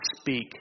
speak